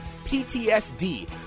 PTSD